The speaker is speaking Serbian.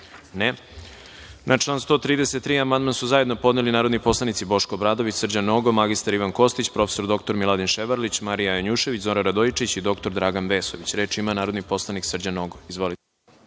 (Ne.)Na član 64. amandman su zajedno podneli narodni poslanici Boško Obradović, Srđan Nogo, mr Ivan Kostić, prof. dr Miladin Ševarlić, Marija Janjušević, Zoran Radojičić i dr Dragan Vesović. Reč ima narodni poslanik Srđan Nogo.